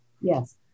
Yes